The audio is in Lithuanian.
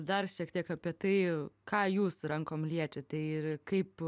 dar šiek tiek apie tai ką jūs rankom liečiate ir kaip